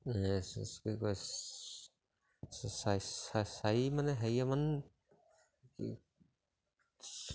এই কি কয় চাৰি মানে হেৰিয়ামান কি